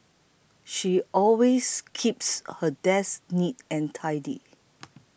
she always keeps her desk neat and tidy